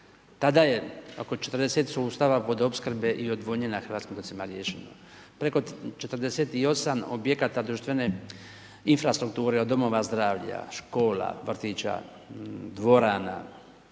Tada je oko 40 sustava vodoopskrbe i odvodnje na hrvatskim otocima riješeno. Preko 48 objekata društvene infrastrukture, od domova zdravlja, škola, vrtića, dvorana,